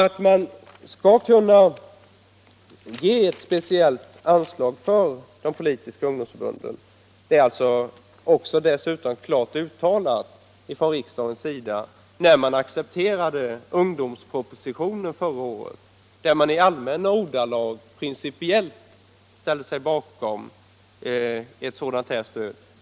Att man skall kunna ge ett speciellt anslag till de politiska ungdomsförbunden blev dessutom klart uttalat från riksdagens sida. när man accepterade ungdomspropositionen förra året. Där har man i allmänna ordalag principiellt ställt sig bakom ett sådant här stöd.